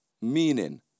meaning